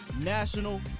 National